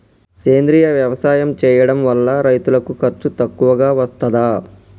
సేంద్రీయ వ్యవసాయం చేయడం వల్ల రైతులకు ఖర్చు తక్కువగా వస్తదా?